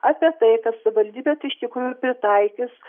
apie tai kad suvaldybės iš tikrųjų pritaikys